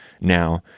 now